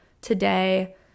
today